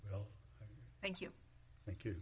well thank you thank you